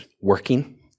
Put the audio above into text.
working